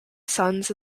sons